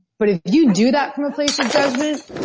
but if you do that from a place of judgment,